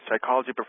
psychology